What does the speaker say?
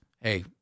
hey